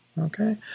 Okay